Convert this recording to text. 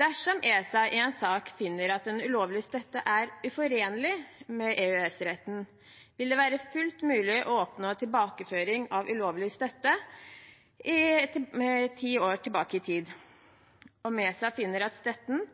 Dersom ESA i en sak finner at en ulovlig støtte er uforenlig med EØS-retten, vil det være fullt mulig å åpne for tilbakeføring av ulovlig støtte ti år tilbake i tid. Om ESA finner at støtten,